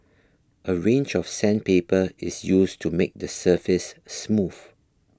a range of sandpaper is used to make the surface smooth